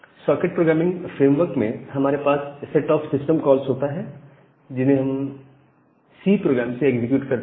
socket programming framework में हमारे पास सेट ऑफ सिस्टम कॉल्स होता है जिसे हम सी प्रोग्राम से एग्जीक्यूट करते हैं